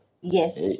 Yes